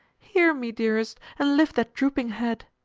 hear me, dearest, and lift that drooping head!